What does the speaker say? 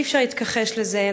אי-אפשר להתכחש לזה.